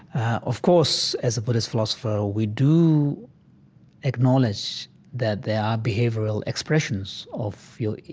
of course, as a buddhist philosopher, we do acknowledge that there are behavioral expressions of your,